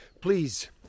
Please